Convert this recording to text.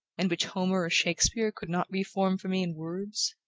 and which homer or shakspeare could not reform for me in words?